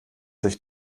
sich